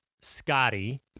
Scotty